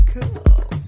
Cool